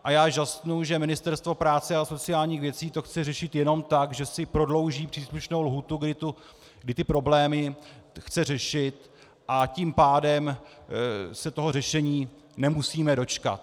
A já žasnu, že Ministerstvo práce a sociálních věcí to chce řešit jenom tak, že si prodlouží příslušnou lhůtu, kdy ty problémy chce řešit, a tím pádem se toho řešení nemusíme dočkat.